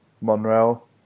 Monreal